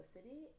City